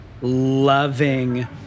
loving